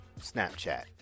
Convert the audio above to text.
Snapchat